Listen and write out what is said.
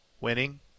Winning